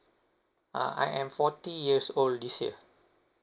uh I am forty years old this year